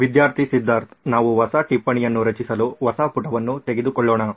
ವಿದ್ಯಾರ್ಥಿ ಸಿದ್ಧರ್ಥ್ ನಾವು ಹೊಸ ಟಿಪ್ಪಣಿಯನ್ನು ರಚಿಸಲು ಹೊಸ ಪುಟವನ್ನು ತೆಗೆದುಕೊಳ್ಳೋಣ